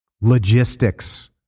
logistics